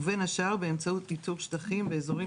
ובין השאר באמצעות איתור שטחים באזורים